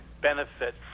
benefit